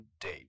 date